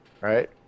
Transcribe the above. right